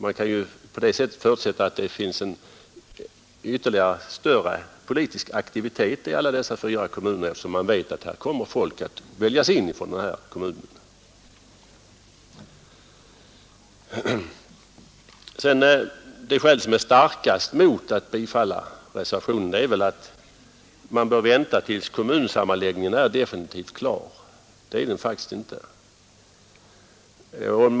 Man kan förutsätta att det finns en större politisk aktivitet i dessa fyra kommuner, eftersom man vet att folk kommer att väljas in från dessa kommuner. Det starkaste skälet för att inte bifalla reservationen är att man bör vänta tills kommunsammanläggningen är definitivt klar. Det är den faktiskt inte ännu.